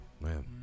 Man